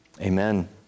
Amen